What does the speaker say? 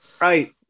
right